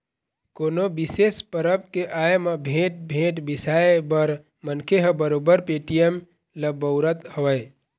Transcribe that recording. कोनो बिसेस परब के आय म भेंट, भेंट बिसाए बर मनखे ह बरोबर पेटीएम ल बउरत हवय